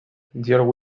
georg